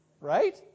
Right